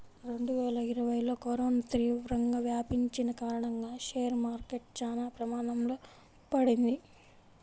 రెండువేల ఇరవైలో కరోనా తీవ్రంగా వ్యాపించిన కారణంగా షేర్ మార్కెట్ చానా ప్రమాదంలో పడింది